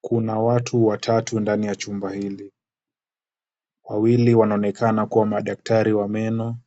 Kuna watu watatu ndani ya chumba hili, wawili wanonekana kuwa madaktari wa meno.